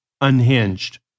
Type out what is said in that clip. unhinged